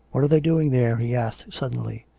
what are they doing there he asked suddenly.